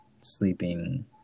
sleeping